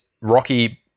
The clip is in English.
Rocky